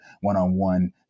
one-on-one